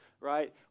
right